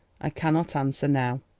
i cannot answer now.